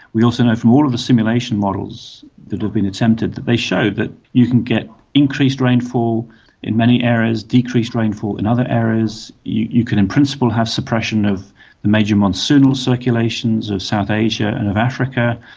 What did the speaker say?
we also know from all of the simulation models that have been attempted, that they show that you can get increased rainfall in many areas, decreased rainfall in other areas. you you can in principle have suppression of the major monsoonal circulations of south asia and of africa.